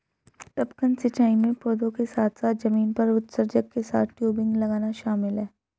टपकन सिंचाई में पौधों के साथ साथ जमीन पर उत्सर्जक के साथ टयूबिंग लगाना शामिल है